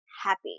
happy